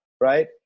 right